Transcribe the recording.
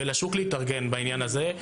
ולשוק להתארגן בעניין הזה.